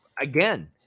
again